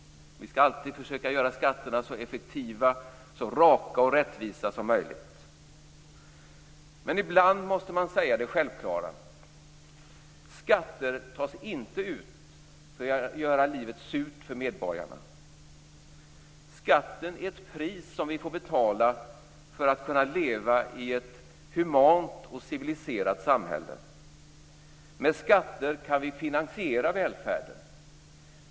Vi skall alltid försöka göra skatterna så effektiva, så raka och rättvisa som möjligt. Men ibland måste man säga det självklara: Skatter tas inte ut för att göra livet surt för medborgarna. Skatten är ett pris som vi får betala för att kunna leva i ett humant och civiliserat samhälle. Med skatter kan vi finansiera välfärden.